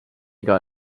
iga